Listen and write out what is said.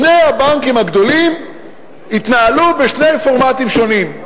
שני הבנקים הגדולים התנהלו בשני פורמטים שונים: